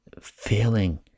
feeling